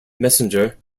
messenger